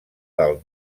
del